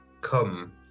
come